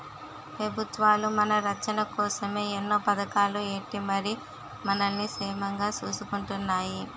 పెబుత్వాలు మన రచ్చన కోసమే ఎన్నో పదకాలు ఎట్టి మరి మనల్ని సేమంగా సూసుకుంటున్నాయి